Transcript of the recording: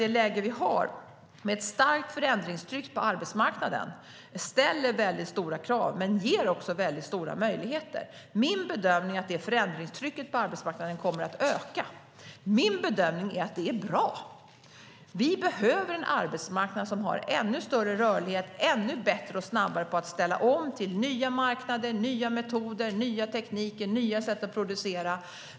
Det läge vi har, med ett starkt förändringstryck på arbetsmarknaden, ställer stora krav men ger också stora möjligheter. Min bedömning är att detta förändringstryck på arbetsmarknaden kommer att öka. Min bedömning är att det är bra. Vi behöver en arbetsmarknad som har ännu större rörlighet och som är ännu bättre och snabbare på att ställa om till nya marknader, nya metoder, nya tekniker och nya sätt att producera.